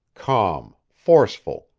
calm, forceful,